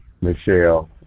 Michelle